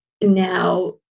now